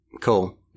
Cool